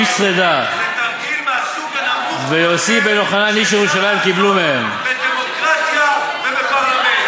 תרגיל מהסוג הנמוך ביותר שאפשר לעשות בדמוקרטיה ובפרלמנט.